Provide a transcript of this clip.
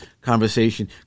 conversation